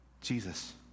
Jesus